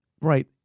Right